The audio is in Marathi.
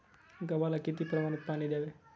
गव्हाला किती प्रमाणात पाणी द्यावे?